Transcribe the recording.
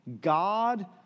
God